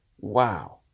Wow